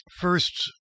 First